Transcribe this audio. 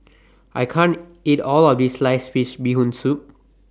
I can't eat All of This Sliced Fish Bee Hoon Soup